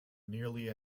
nearly